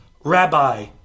Rabbi